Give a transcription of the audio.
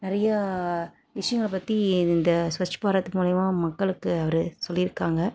நிறையா விஷயங்களை பற்றி இந்த ஸ்வச் பாரத் மூலிமா மக்களுக்கு அவர் சொல்லியிருக்காங்க